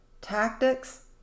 tactics